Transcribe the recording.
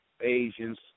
Asians